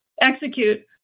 execute